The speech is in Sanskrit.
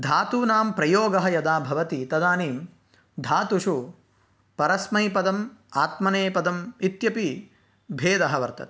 धातूनां प्रयोगः यदा भवति तदानीं धातुषु परस्मैपदम् आत्मनेपदम् इत्यपि भेदः वर्तते